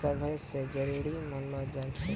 सभै से जरुरी मानलो जाय छै